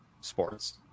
sports